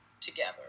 together